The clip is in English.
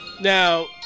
Now